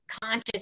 conscious